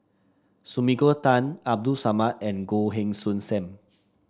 Sumiko Tan Abdul Samad and Goh Heng Soon Sam